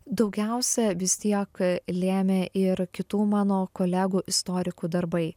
daugiausia vis tiek lėmė ir kitų mano kolegų istorikų darbai